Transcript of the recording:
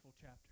chapter